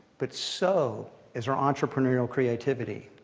but so is our entrepreneurial creativity.